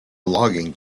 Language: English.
logging